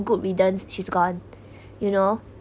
good riddance she's gone you know